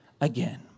again